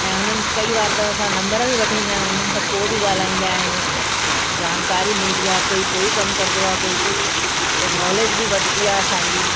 ऐं उन्हनि कई वार त असां नम्बर बि वठी ईंदा आहियूं उन्हनि सां पोइ बि ॻाल्हाईंदा आहियूं जानकारी मिलंदी आहे कोई कोई कमु करंदो आहे कोई कुझु त नॉलेज बि वधंदी आहे असांजी